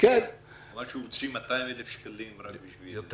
הוא אמר שהוא הוציא 200,000 שקלים רק בשביל זה.